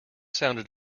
sounded